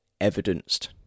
evidenced